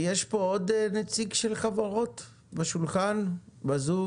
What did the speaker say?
יש פה עוד נציג של חברות בשולחן או בזום?